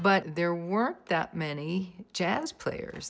but there weren't that many jazz players